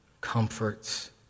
comforts